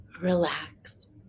Relax